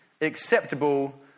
acceptable